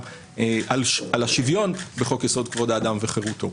על השוויון בחוק יסוד: כבוד האדם וחירותו.